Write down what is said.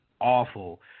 awful